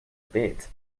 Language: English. bit